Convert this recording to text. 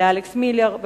לאלכס מילר,